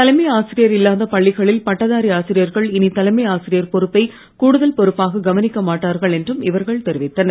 தலைமை ஆசிரியல் இல்லாத பள்ளிகளில் பட்டதாரி ஆசிரியர்கள் இனி தலைமை ஆசிரியர் பொறுப்பை கூடுதல் பொறுப்பாக கவனிக்க மாட்டார்கள் என்றும் இவர்கள் தெரிவித்தனர்